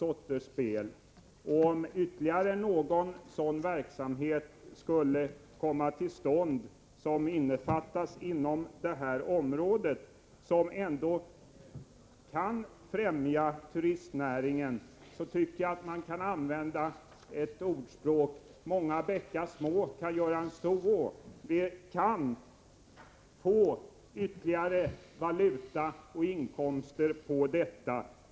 Om ytterligare någon spelverksamhet kan komma till stånd som kan främja turistnäringen, så är det väl inget fel i det. Många bäckar små gör en stor å. Vi kan få ytterligare valutainkomster på detta område.